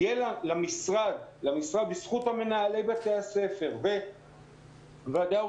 יהיה למשרד בזכות מנהלי בתי הספר וועדי ההורים